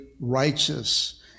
righteous